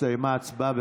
הסתיימה ההצבעה.